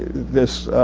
this